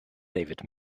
david